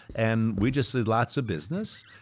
and we just did lots of business,